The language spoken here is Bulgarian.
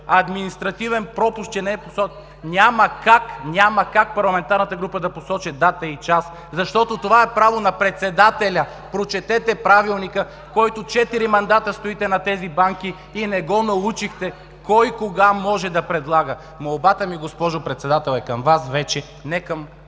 административен пропуск, че не е посочено? Няма как, няма как парламентарната група да посочи дата и час, защото това е право на председателя, прочетете Правилника! Четири мандата стоите на тези банки и не научихте кой кога може да предлага! Молбата ми, госпожо Председател, е към Вас вече, не към